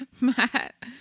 Matt